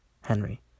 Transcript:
Henry